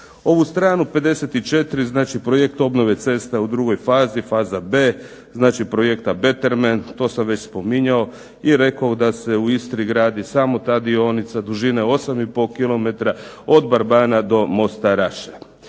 Ovu stranu 54 znači Projekt obnove cesta u II fazi, faza B, znači projekta Betterment to sam već spominjao i rekao da se u Istri gradi samo ta dionica dužine 8,5 km od Barbana do mosta Raše.